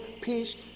peace